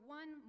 one